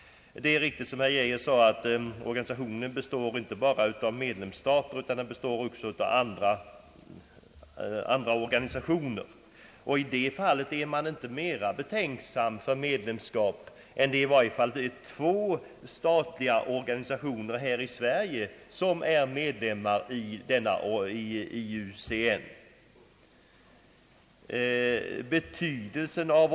Det är riktigt som herr Geijer sade, att organisationen inte bara består av medlemsstater utan också av andra organisationer. I detta fall är man inte mera betänksam beträffande medlemskap än att i varje fall två statliga svenska organisationer är medlemmar i IUCN.